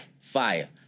fire